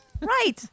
Right